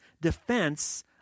defense